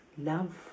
love